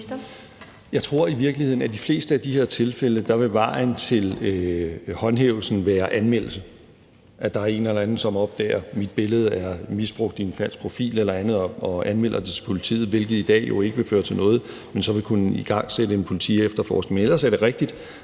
Jeg tror i virkeligheden, at i de fleste af de her tilfælde vil vejen til håndhævelsen være anmeldelse, altså at der er en eller anden, der opdager, at vedkommendes billede er misbrugt i en falsk profil eller andet, og anmelder det til politiet, hvilket i dag jo ikke vil føre til noget, men så vil det kunne igangsætte en politiefterforskning. Ellers er det rigtigt,